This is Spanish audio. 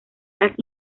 las